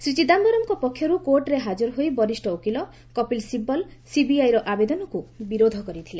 ଶ୍ରୀ ଚିଦାୟରମ୍ଙ୍କ ପକ୍ଷର୍ କୋର୍ଟରେ ହାଜର ହୋଇ ବରିଷ୍ଠ ଓକିଲ କପିଲ୍ ଶିବଲ୍ ସିବିଆଇର ଆବେଦନକୁ ବିରୋଧ କରିଥିଲେ